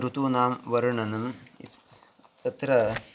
ऋतूनां वर्णनम् यत् तत्र